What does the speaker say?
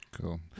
cool